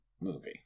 movie